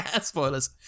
Spoilers